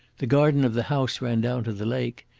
the garden of the house ran down to the lake.